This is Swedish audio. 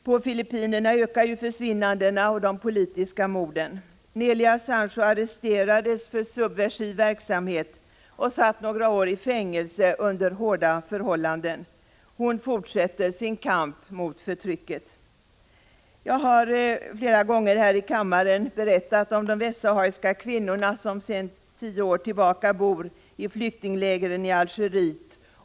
På Filippinerna ökar försvinnandena och de politiska morden. Nelia Sancho arresterades för subversiv verksamhet och satt några år i fängelse under hårda förhållanden. Hon fortsätter sin kamp mot förtrycket. Jag har många gånger här i kammaren berättat om de västsahariska kvinnorna som sedan tio år tillbaka bor i flyktinglägren i Algeriet.